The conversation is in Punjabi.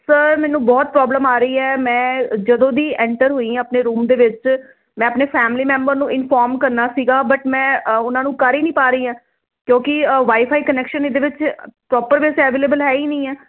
ਸਰ ਮੈਨੂੰ ਬਹੁਤ ਪ੍ਰੋਬਲਮ ਆ ਰਹੀ ਹ ਮੈਂ ਜਦੋਂ ਦੀ ਐਂਟਰ ਹੋਈ ਆ ਆਪਣੇ ਰੂਮ ਦੇ ਵਿੱਚ ਮੈਂ ਆਪਣੇ ਫੈਮਲੀ ਮੈਂਬਰ ਨੂੰ ਇਨਫੋਰਮ ਕਰਨਾ ਸੀਗਾ ਬਟ ਮੈਂ ਉਹਨਾਂ ਨੂੰ ਕਰ ਹੀ ਨਹੀਂ ਪਾ ਰਹੀ ਆ ਕਿਉਂਕਿ ਵਾਈਫਾਈ ਕਨੈਕਸ਼ਨ ਇਹਦੇ ਵਿੱਚ ਪ੍ਰੋਪਰ ਵੈਸੇ ਅਵੇਲੇਬਲ ਹੈ ਹੀ ਨਹੀਂ ਹੈ